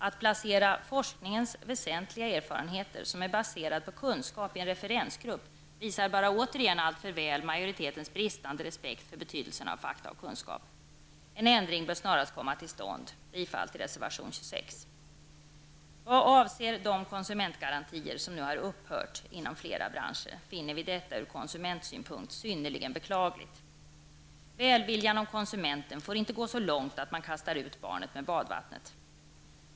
Att placera forskningens väsentliga erfarenheter, som är baserad på kunskap, i en referensgrupp visar bara återigen alltför väl majoritetens bristande respekt för betydelsen av fakta och kunskaper. En ändring bör snarast komma till stånd. Bifall till reservation 26. Att konsumentgarantierna nu har upphört inom flera branscher finner vi ur konsumentsynpunkt vara synnerligen beklagligt. Välviljan om konsumenten får inte gå så långt att man kastar ut barnet med badvattnet.